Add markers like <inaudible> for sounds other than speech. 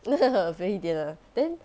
<laughs> 肥一点啊 then